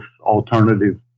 alternative